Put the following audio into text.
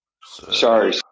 Sorry